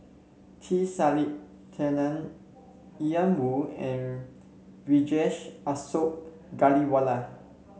T Yan Woo and Vijesh Ashok Ghariwala